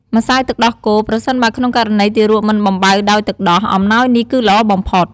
ម្សៅទឹកដោះគោ ប្រសិនបើក្នុងករណីទារកមិនបំបៅដោយទឹកដោះ អំណោយនេះគឺល្អបំផុត។